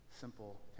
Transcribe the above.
Simple